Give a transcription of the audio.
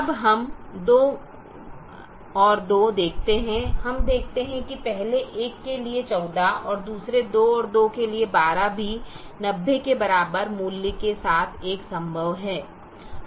अब हम 22 देखते हैं हम देखते हैं कि पहले एक के लिए 14 और दूसरे 22 के लिए 12 भी 90 के बराबर मूल्य के साथ एक संभव है